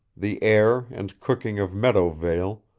the air and cooking of meadowvale,